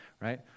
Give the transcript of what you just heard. right